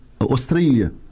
Australia